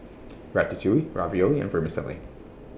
Ratatouille Ravioli and Vermicelli